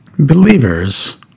Believers